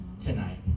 tonight